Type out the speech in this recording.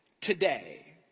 today